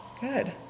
Good